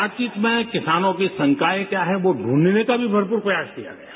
बातचीत में किसानों की शंकायें क्या हैं यो दूंढने का भी भरपूर प्रयास किया गया है